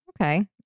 Okay